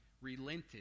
relented